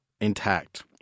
intact